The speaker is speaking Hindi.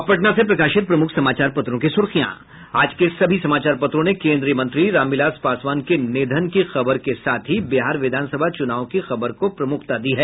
अब पटना से प्रकाशित प्रमुख समाचार पत्रों की सुर्खियां आज के सभी समाचार पत्रों ने केंद्रीय मंत्री रामविलास पासवान के निधन की खबर के साथ बिहार विधानसभा चुनाव की खबर को प्रमुखता दी है